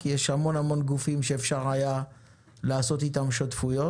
כי יש המון-המון גופים שאפשר היה לעשות איתם שותפויות.